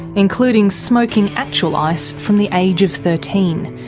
including smoking actual ice from the age of thirteen.